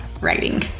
writing